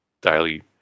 daily